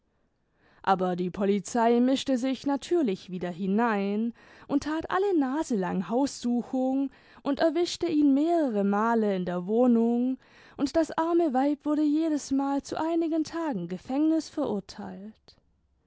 aber die polizei mischte sich natürlich wieder hinein und tat alle naselang haussuchung und erwischte ihn mehreremal in der wohnung und das arme weib wurde jedesmal zu einigen tagen gefängnis verurteilt